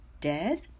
Dead